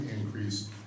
increase